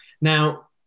Now